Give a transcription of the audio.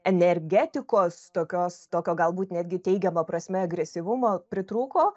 energetikos tokios tokio galbūt netgi teigiama prasme agresyvumo pritrūko